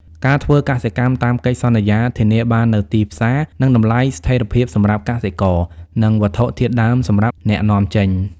ការធ្វើកសិកម្មតាមកិច្ចសន្យា ធានាបាននូវទីផ្សារ និងតម្លៃស្ថិរភាពសម្រាប់កសិករ និងវត្ថុធាតុដើមសម្រាប់អ្នកនាំចេញ។